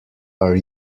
are